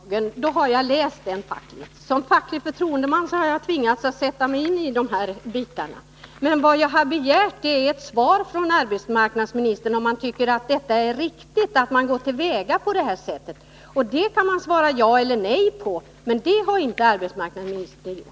Fru talman! När det gäller en beskrivning av lagen vill jag tala om att jag faktiskt har läst den. Som facklig förtroendeman har jag tvingats att sätta mig in i de här lagarna. Men vad jag begärt är ett svar från arbetsmarknadsministern på frågan om han tycker det är riktigt att man går till väga som man gjort i det här fallet. Det kan man svara ja eller nej på, men det har inte arbetsmarknadsministern gjort.